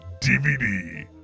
DVD